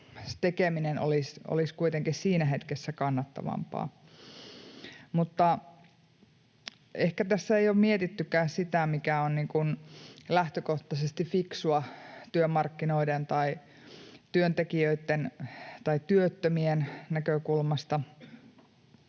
kuitenkin siinä hetkessä kannattavampaa. Mutta ehkä tässä ei ole mietittykään sitä, mikä on lähtökohtaisesti fiksua työmarkkinoiden tai työntekijöitten tai työttömien näkökulmasta.